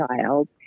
child